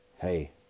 hey